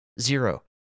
Zero